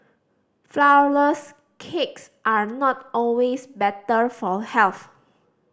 flourless cakes are not always better for health